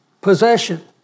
possession